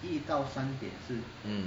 mm